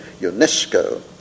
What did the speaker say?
UNESCO